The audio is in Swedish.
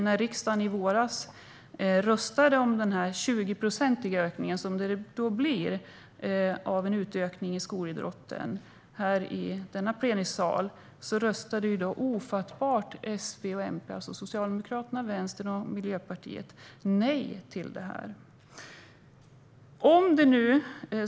När riksdagen i våras röstade i denna plenisal om den 20-procentiga utökning av skolidrotten som detta skulle ge röstade Socialdemokraterna, Vänstern och Miljöpartiet ofattbart nog nej.